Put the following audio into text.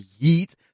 heat